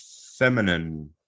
feminine